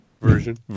version